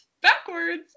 backwards